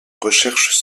recherches